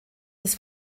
des